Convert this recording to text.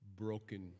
broken